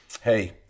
hey